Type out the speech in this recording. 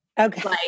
Okay